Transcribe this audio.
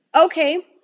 Okay